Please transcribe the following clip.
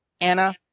Anna